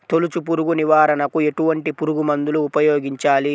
తొలుచు పురుగు నివారణకు ఎటువంటి పురుగుమందులు ఉపయోగించాలి?